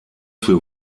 für